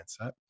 mindset